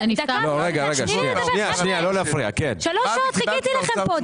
תני לי לדבר, שלוש שעות חיכיתי לכם פה.